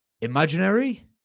imaginary